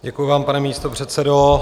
Děkuji vám, pane místopředsedo.